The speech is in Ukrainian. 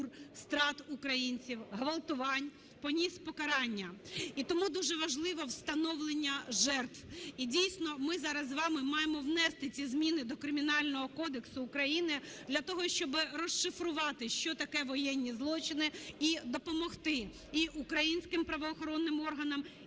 страт українців, ґвалтувань, поніс покарання. І тому дуже важливо встановлення жертв. І, дійсно, ми зараз з вами маємо внести ці зміни до Кримінального кодексу України для того, щоб розшифрувати, що таке воєнні злочини, і допомогти і українським правоохоронним органам,